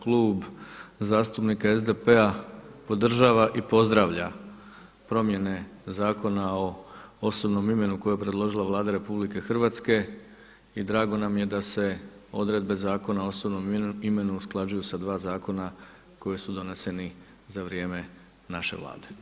Klub zastupnika SDP-a podržava i pozdravlja promjene Zakona o osobnom imenu koje je predložila Vlada RH i drago nam je da se odredbe Zakona o osobnom imenu usklađuju sa dva zakona koji su doneseni za vrijeme naše Vlade.